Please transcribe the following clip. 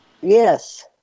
Yes